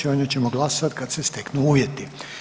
O njoj ćemo glasovati kad se steknu uvjeti.